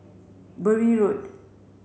Bury Road